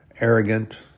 arrogant